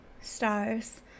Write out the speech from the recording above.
stars